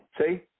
See